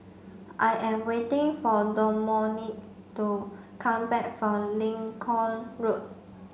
I am waiting for Domonique to come back from Lincoln Road